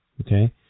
Okay